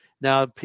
Now